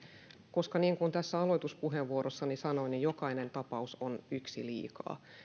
koska niin kuin aloituspuheenvuorossani sanoin jokainen tapaus on yksi liikaa